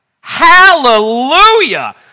Hallelujah